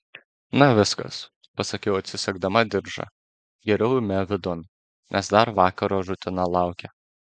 na viskas pasakiau atsisegdama diržą geriau eime vidun nes dar vakaro rutina laukia